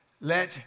let